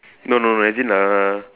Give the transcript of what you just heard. no no no as in err